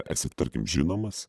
esi tarkim žinomas